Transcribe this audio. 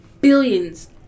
billions